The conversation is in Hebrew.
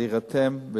להירתם,